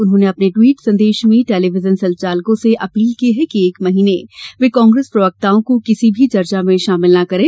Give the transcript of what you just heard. उन्होंने अपने ट्वीट संदेश में टेलीविजन संचालकों से अपील की है कि एक महिने वे कांग्रेस प्रवक्ताओं को किसी भी चर्चा में शामिल ना करें